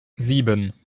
sieben